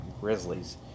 Grizzlies